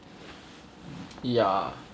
ya